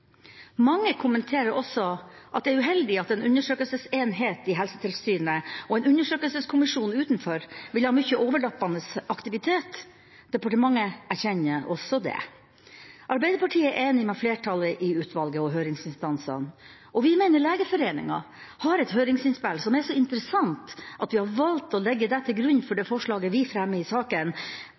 Mange kommenterer også at det er uheldig at en undersøkelsesenhet i Helsetilsynet og en undersøkelseskommisjon utenfor vil ha mye overlappende aktivitet. Departementet erkjenner også det. Arbeiderpartiet er enig med flertallet i utvalget og høringsinstansene, og vi mener Legeforeningen har et høringsinnspill som er så interessant at vi har valgt å legge det til grunn for det forslaget vi fremmer i saken.